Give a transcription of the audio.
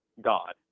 God